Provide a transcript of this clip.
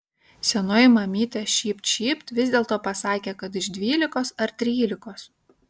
senoji mamytė šypt šypt vis dėlto pasakė kad iš dvylikos ar trylikos